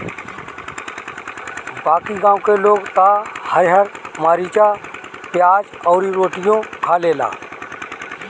बाकी गांव के लोग त हरिहर मारीचा, पियाज अउरी रोटियो खा लेला